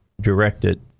directed